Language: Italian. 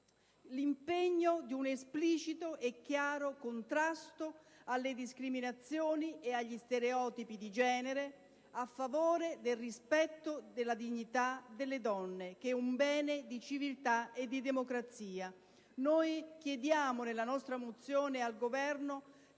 l'impegno di un esplicito e chiaro contrasto alle discriminazioni ed agli stereotipi di genere, a favore del rispetto della dignità delle donne, che è un bene di civiltà e di democrazia. Nella nostra mozione noi